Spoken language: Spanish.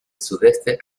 sudeste